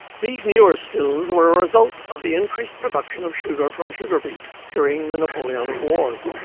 these newer stills were a result of the increased production of sugar from sugar beet during the napoleonic wars,